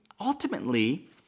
ultimately